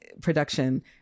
production